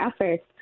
efforts